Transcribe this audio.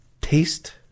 taste